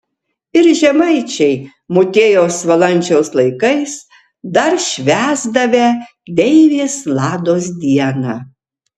ir žemaičiai motiejaus valančiaus laikais dar švęsdavę deivės lados dieną